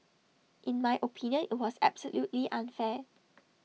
in my opinion IT was absolutely unfair